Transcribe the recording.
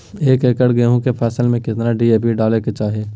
एक एकड़ गेहूं के फसल में कितना डी.ए.पी डाले के चाहि?